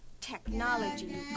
Technology